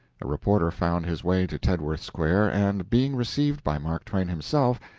a reporter found his way to tedworth square, and, being received by mark twain himself,